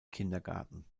kindergarten